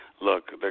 Look